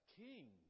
king